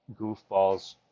goofballs